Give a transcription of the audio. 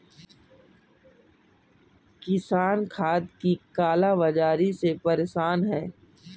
किसान खाद की काला बाज़ारी से परेशान है